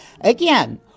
Again